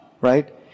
right